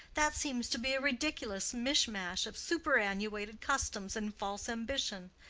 that seems to be a ridiculous mishmash of superannuated customs and false ambition.